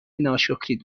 ناشکرید